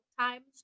times